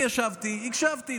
אני ישבתי, הקשבתי.